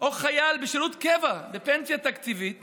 או חייל בשירות קבע בפנסיה תקציבית